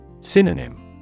Synonym